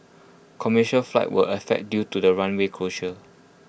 commercial flights were affected due to the runway closure